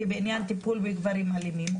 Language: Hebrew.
בעניין הטיפול בגברים אלימים,